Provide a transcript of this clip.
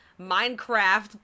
Minecraft